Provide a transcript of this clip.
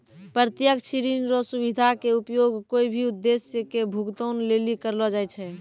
प्रत्यक्ष ऋण रो सुविधा के उपयोग कोय भी उद्देश्य के भुगतान लेली करलो जाय छै